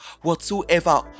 whatsoever